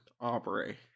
Aubrey